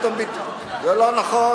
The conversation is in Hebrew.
חבר הכנסת מיכאלי: בוא נפסיק למרוח ונתחיל לנגב,